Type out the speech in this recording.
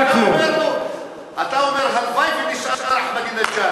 רוצה, אתה אומר: הלוואי שהיה נשאר אחמדינג'אד.